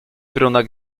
wrona